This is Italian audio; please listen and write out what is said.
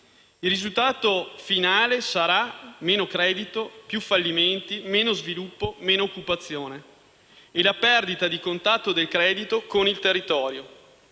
Il risultato finale sarà meno credito e più fallimenti, meno sviluppo, meno occupazione, e la perdita di contatto del credito con il territorio.